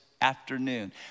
afternoon